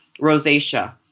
rosacea